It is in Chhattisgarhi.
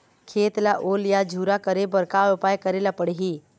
खेत ला ओल या झुरा करे बर का उपाय करेला पड़ही?